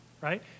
right